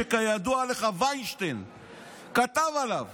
שכידוע לך ויינשטיין כתב עליו